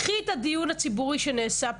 קחי את הדיון הציבורי שנעשה פה,